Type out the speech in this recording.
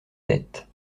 tête